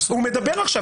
הוא מדבר עכשיו.